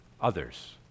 others